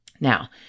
Now